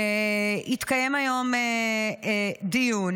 התקיים היום דיון.